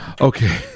Okay